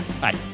Bye